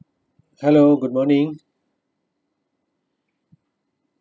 hello good morning